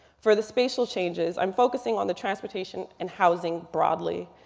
for the spatial changes i'm focusing on the transportation and housing broadly.